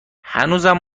هنوزم